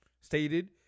stated